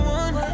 one